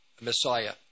Messiah